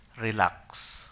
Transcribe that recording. Relax